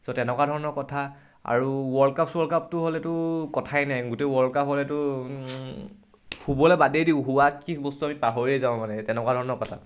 চ' তেনেকুৱা ধৰণৰ কথা আৰু ৱৰ্ল্ড কাপ চোৱৰ্ল্ড কাপটো হ'লেতো কথাই নাই গোটেই ৱৰ্ল্ড কাপ হ'লেতো শুবলৈ বাদেই দিওঁ শুৱা কি বস্তু আমি পাহৰিয়েই যাওঁ মানে তেনেকুৱা ধৰণৰ কথা